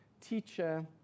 teacher